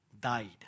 Died